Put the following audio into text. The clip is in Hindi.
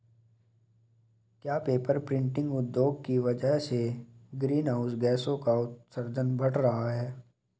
क्या पेपर प्रिंटिंग उद्योग की वजह से ग्रीन हाउस गैसों का उत्सर्जन बढ़ रहा है?